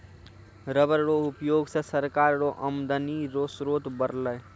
rubber रो उयोग से सरकार रो आमदनी रो स्रोत बरलै